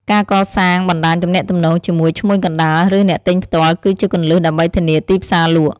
ការកសាងបណ្តាញទំនាក់ទំនងជាមួយឈ្មួញកណ្តាលឬអ្នកទិញផ្ទាល់ គឺជាគន្លឹះដើម្បីធានាទីផ្សារលក់។